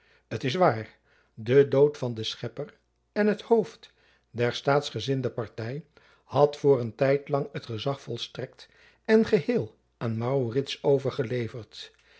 t is waar de dood van den schepper en t hoofd der staatsgezinde party had voor een tijd lang het gezach volstrekt en geheel aan maurits overgeleverd